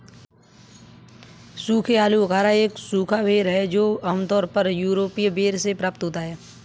सूखे आलूबुखारा एक सूखा बेर है जो आमतौर पर यूरोपीय बेर से प्राप्त होता है